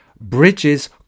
Bridges